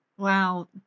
Wow